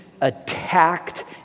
attacked